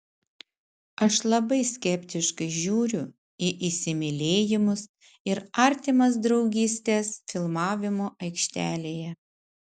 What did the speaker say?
aš labai skeptiškai žiūriu į įsimylėjimus ir artimas draugystes filmavimo aikštelėje